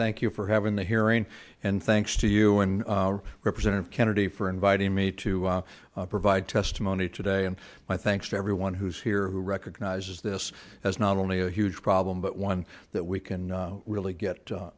thank you for having the hearing and thanks to you and representative kennedy for inviting me to provide testimony today and my thanks to everyone who's here who recognizes this as not only a huge problem but one that we can really get